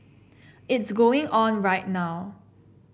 it's going on right now